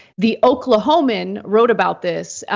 the oklahoman wrote about this,